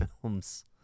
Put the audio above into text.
films